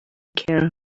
care